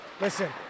listen